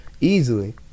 easily